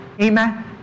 Amen